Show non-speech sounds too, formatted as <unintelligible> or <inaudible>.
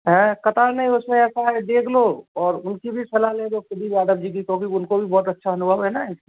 है कतार नहीं उसमें ऐसा है देख लो और उनकी भी सलाह ले लो ख़ुद ही ज़्यादा <unintelligible> होगी क्योंकि उनको भी बहुत अच्छा अनुभव है ना इस लिए